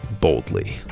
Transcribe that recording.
boldly